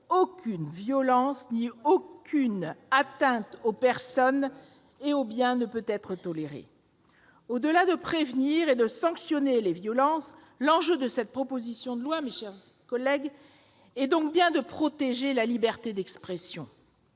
aucune violence ni aucune atteinte aux personnes et aux biens ne peuvent être tolérées. Au-delà de prévenir et de sanctionner les violences, l'enjeu de cette proposition de loi, mes chers collègues, est donc bien de protéger la liberté d'expression.